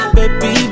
Baby